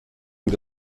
und